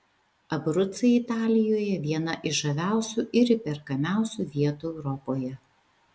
abrucai italijoje viena iš žaviausių ir įperkamiausių vietų europoje